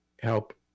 help